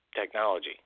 technology